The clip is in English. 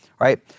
Right